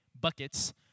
buckets